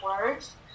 words